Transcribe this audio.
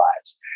lives